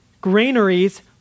granaries